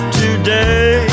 today